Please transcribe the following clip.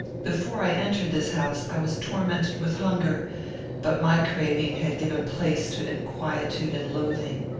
before i entered this house, i was tormented with hunger but my craving had given place to inquietude and loathing.